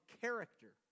character